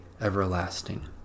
everlasting